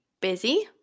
Busy